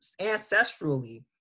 ancestrally